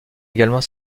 également